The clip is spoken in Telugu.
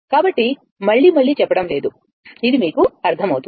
కాబట్టి మళ్లీ మళ్లీ చెప్పడం లేదు ఇది మీకు అర్థమవుతుంది